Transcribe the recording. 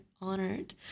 honored